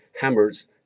hammers